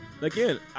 Again